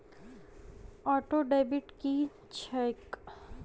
Auto debit की छैक?